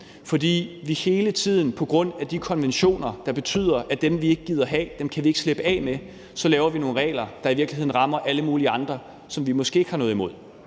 fordi vi på grund af de konventioner aldrig kan slippe af med dem, vi ikke gider have, og så laver vi nogle regler, der i virkeligheden rammer alle mulige andre, som vi måske ikke har noget imod.